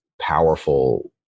powerful